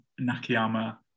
Nakayama